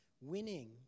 Winning